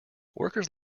workers